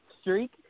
streak